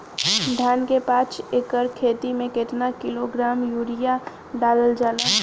धान के पाँच एकड़ खेती में केतना किलोग्राम यूरिया डालल जाला?